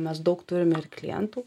mes daug turime ir klientų